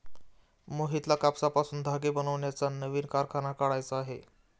मोहितला कापसापासून धागे बनवण्याचा नवीन कारखाना काढायचा आहे